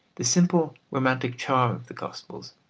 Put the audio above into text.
the simple romantic charm of the gospels.